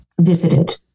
visited